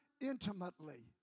intimately